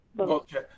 Okay